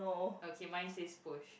okay mine says push